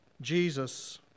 Jesus